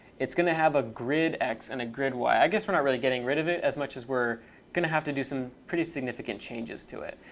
it's going to have a grid x and a grid y. i guess we're not really getting rid of it as much as we're going to have to do some pretty significant changes to it.